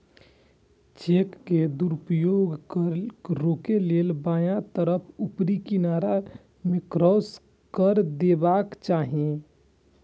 cheque के दुरुपयोग रोकै लेल बायां तरफ ऊपरी किनारा मे क्रास कैर देबाक चाही